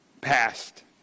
passed